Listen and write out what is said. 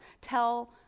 tell